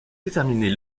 déterminer